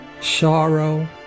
sorrow